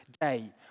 day